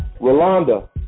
Rolanda